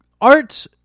Art